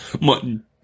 Mutton